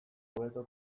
hobeto